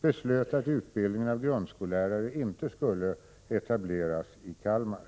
beslöt att utbildningen av grundskollärare inte skulle etableras i Kalmar.